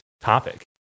topic